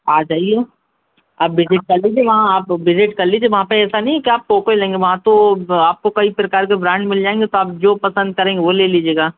आ जाइए आप भिजिट कर लीजिए वहाँ आप भिजिट कर लीजिए वहाँ पर ऐसा नहीं कि आप टोकन लेंगे वहाँ तो आप को कई प्रकार के ब्रांड मिल जाएंगे तो आप जो पसंद करेंगे वो ले लीजिएगा